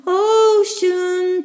ocean